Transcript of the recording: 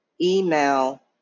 email